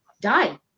die